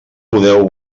podeu